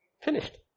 Finished